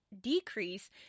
decrease